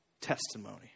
testimony